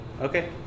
okay